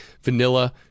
vanilla